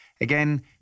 Again